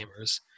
gamers